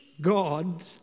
God